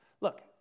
look